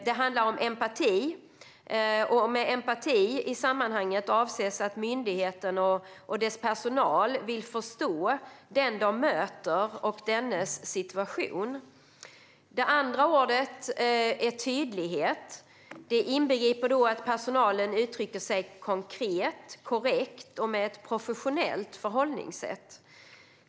Det första ordet är empati. Med empati i sammanhanget avses att myndigheten och dess personal vill förstå den de möter och dennes situation. Det andra ordet är tydlighet. Det inbegriper att personalen uttrycker sig konkret, korrekt och med ett professionellt förhållningssätt.